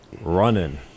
running